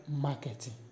marketing